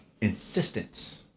insistence